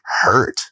hurt